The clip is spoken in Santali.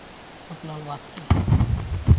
ᱥᱩᱠᱞᱟᱞ ᱵᱟᱥᱠᱮ